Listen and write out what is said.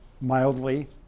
mildly